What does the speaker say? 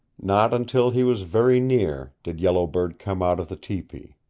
not until he was very near did yellow bird come out of the tepee.